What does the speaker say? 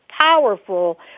powerful